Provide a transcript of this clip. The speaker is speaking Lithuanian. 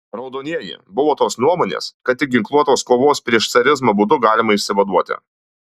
raudonieji buvo tos nuomonės kad tik ginkluotos kovos prieš carizmą būdu galima išsivaduoti